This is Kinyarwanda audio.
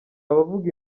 abavuga